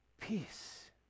Peace